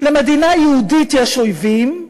למדינה יהודית יש אויבים,